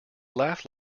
laughed